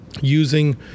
using